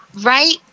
right